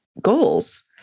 goals